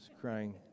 crying